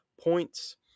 points